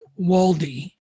Waldy